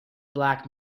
black